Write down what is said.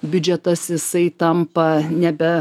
biudžetas jisai tampa nebe